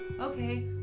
Okay